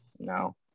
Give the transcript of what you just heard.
no